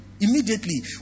immediately